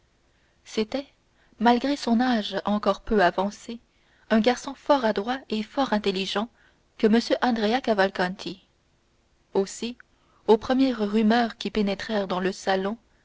malgré son âge encore peu avancé un garçon fort adroit et fort intelligent que m andrea cavalcanti aussi aux premières rumeurs qui pénétrèrent dans le salon